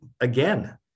again